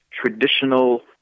traditional